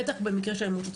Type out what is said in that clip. בטח במקרה של אלימות שוטרים.